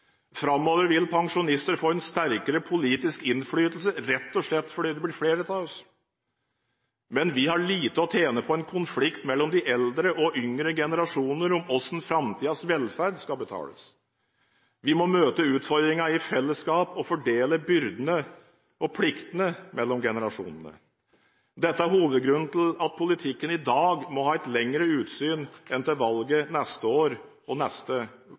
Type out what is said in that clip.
Framover vil pensjonistene få sterkere politisk innflytelse, rett og slett fordi det blir flere av oss. Men vi har lite å tjene på en konflikt mellom de eldre og yngre generasjoner om hvordan framtidens velferd skal betales. Vi må møte utfordringene i fellesskap og fordele byrdene og pliktene mellom generasjonene. Dette er hovedgrunnen til at politikken i dag må ha et lengre utsyn enn til neste år og neste